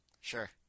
Sure